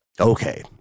okay